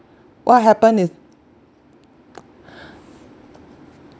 what happen if